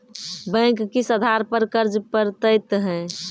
Bank किस आधार पर कर्ज पड़तैत हैं?